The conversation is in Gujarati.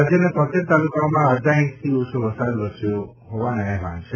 રાજ્યના તોંતેર તાલુકાઓમાં અડધા ઇંચથી ઓછો વરસાદ વરસ્યો હોવાના અહેવાલ છે